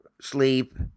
sleep